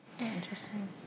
Interesting